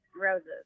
roses